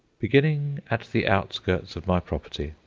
beginning at the outskirts of my property,